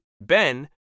Ben